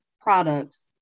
products